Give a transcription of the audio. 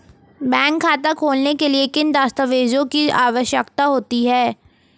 Bank खाता खोलने के लिए किन दस्तावेज़ों की आवश्यकता होती है?